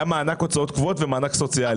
היה מענק הוצאות קבועות ומענק סוציאלי.